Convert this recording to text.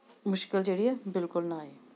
ਮੁਸ਼ਕਿਲ ਜਿਹੜੀ ਹੈ ਬਿਲਕੁਲ ਨਾ ਆਏ